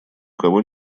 кого